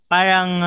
Parang